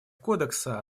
кодекса